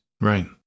Right